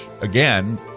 again